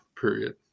period